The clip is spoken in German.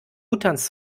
utans